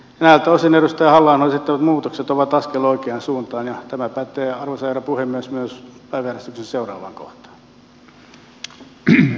näiltä osin edustaja halla ahon esittämät muutokset ovat askel oikeaan suuntaan ja tämä pätee arvoisa herra puhemies myös päiväjärjestyksen seuraavaan kohtaan